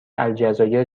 الجزایر